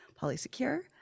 PolySecure